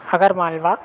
हगरमालवा